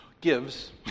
gives